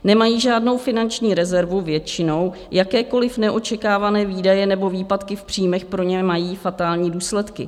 Nemají žádnou finanční rezervu většinou, jakékoliv neočekávané výdaje nebo výpadky v příjmech pro ně mají fatální důsledky.